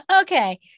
Okay